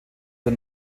der